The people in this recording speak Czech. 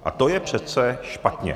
A to je přece špatně.